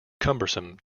cumbersome